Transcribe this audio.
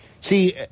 See